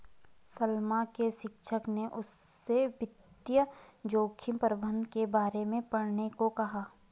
सलमा के शिक्षक ने उसे वित्तीय जोखिम प्रबंधन के बारे में पढ़ने को कहा